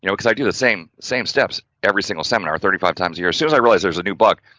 you know because i do the same, same steps every single seminar thirty five times here, as soon as i realize there's a new bug,